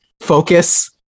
focus